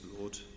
Lord